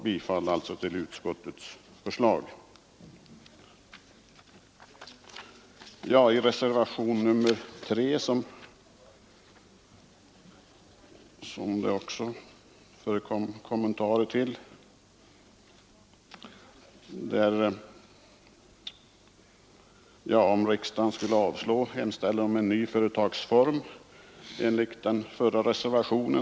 Jag yrkar alltså bifall till utskottets förslag. Även reservationen 3 har kommenterats.